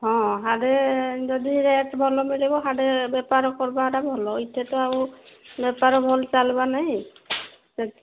ହଁ ହାଡ଼େ ଯଦି ରେଟ୍ ଭଲ ମିଳିବ ହାଡ଼େ ବେପାର କର୍ବାଟା ଭଲ ଏଇଠେ ତ ଆଉ ବେପାର ଭଲ୍ ଚାଲବା ନାଇଁ